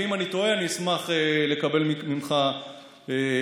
ואם אני טועה אני אשמח לקבל ממך פידבק.